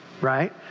right